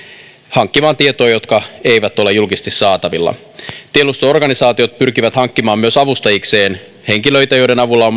hankkimaan tietoja jotka eivät ole julkisesti saatavilla tiedusteluorganisaatiot pyrkivät myös hankkimaan avustajikseen henkilöitä joiden avulla